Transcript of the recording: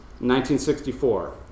1964